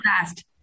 fast